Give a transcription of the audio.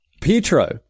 Pietro